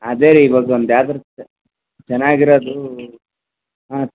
ಅದೆ ರೀ ಇವಾಗ ಒಂದು ಯಾವುದಾರು ಚೆನ್ನಾಗಿರೋದು ಹಾಂ